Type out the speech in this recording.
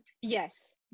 Yes